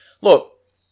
Look